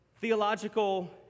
Theological